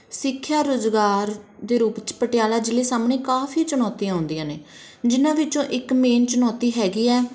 ਸਿੱਖਿਆ ਰੁਜ਼ਗਾਰ ਦੇ ਰੂਪ 'ਚ ਪਟਿਆਲਾ ਜ਼ਿਲ੍ਹੇ ਸਾਹਮਣੇ ਕਾਫੀ ਚੁਣੌਤੀਆਂ ਆਉਂਦੀਆਂ ਨੇ ਜਿਨ੍ਹਾਂ ਵਿੱਚੋਂ ਇੱਕ ਮੇਨ ਚੁਣੌਤੀ ਹੈਗੀ ਆ